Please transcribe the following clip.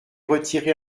retiré